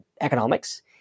economics